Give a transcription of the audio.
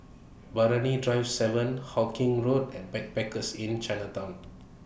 Brani Drive seven Hawkinge Road and Backpackers Inn Chinatown